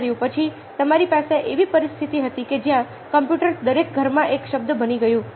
પછી તમારી પાસે એવી પરિસ્થિતિ હતી કે જ્યાં કોમ્પ્યુટર દરેક ઘરમાં એક શબ્દ બની ગયું